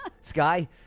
Sky